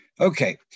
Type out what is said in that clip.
Okay